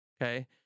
Okay